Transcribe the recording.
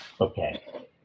Okay